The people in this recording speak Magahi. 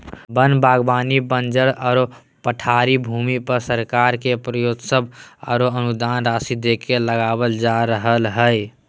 वन बागवानी बंजर आरो पठारी भूमि पर सरकार से प्रोत्साहन आरो अनुदान राशि देके लगावल जा रहल हई